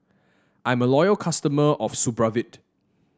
I'm a loyal customer of Supravit